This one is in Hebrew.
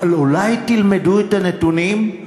אבל אולי תלמדו את הנתונים,